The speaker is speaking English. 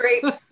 Great